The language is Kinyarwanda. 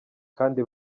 kandi